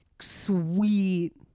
sweet